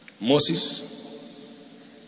Moses